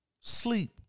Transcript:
Sleep